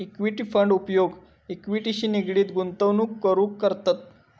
equity fund उपयोग इक्विटीशी निगडीत गुंतवणूक करूक करतत